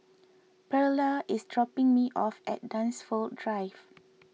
Pearla is dropping me off at Dunsfold Drive